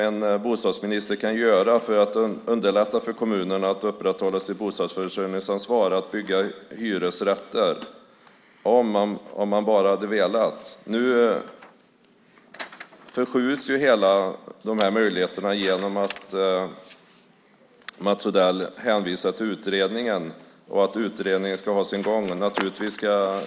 En bostadsminister kan göra mycket för att underlätta för kommunerna att upprätthålla sitt bostadsförsörjningsansvar och bygga hyresrätter - om han bara vill. Nu förskjuts hela möjligheten genom att Mats Odell hänvisar till utredningen och att utredningen ska ha sin gång.